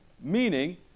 meaning